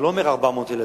הוא לא אומר 400 ילדים,